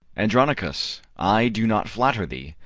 andronicus, i do not flatter thee,